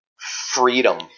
freedom